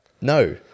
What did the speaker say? no